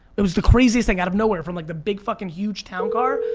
it was the craziest thing out of nowhere from like the big fuckin' huge town car,